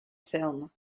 film